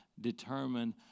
determine